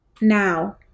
now